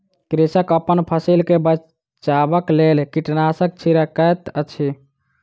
कृषक अपन फसिल के बचाबक लेल कीटनाशक छिड़कैत अछि